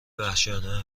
وحشیانه